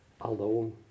alone